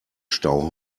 stau